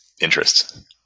interests